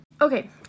Okay